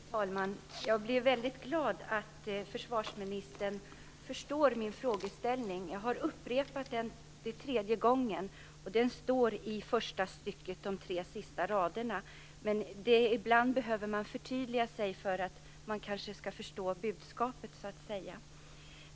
Fru talman! Jag blev väldigt glad över att försvarsministern förstår min fråga. Det är tredje gången jag upprepar den. Den står i de tre sista raderna i första stycket. Men ibland behöver man kanske förtydliga sig för att det skall gå att förstå budskapet.